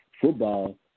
football